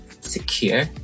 secure